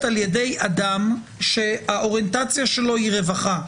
על ידי אדם שהאוריינטציה שלו היא רווחה,